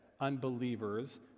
unbelievers